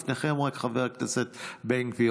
לפניכם, רק חבר הכנסת בן גביר.